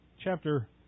Chapter